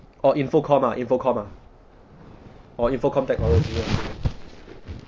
orh infocommunications ah infocommunications ah or infocommunications technology ah